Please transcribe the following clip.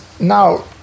now